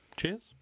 cheers